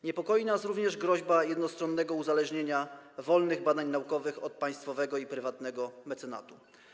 Niepokoi nas również groźba jednostronnego uzależnienia wolnych badań naukowych od państwowego i prywatnego mecenatu.